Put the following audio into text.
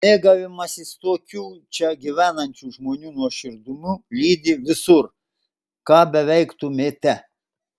mėgavimasis tokiu čia gyvenančių žmonių nuoširdumu lydi visur ką beveiktumėte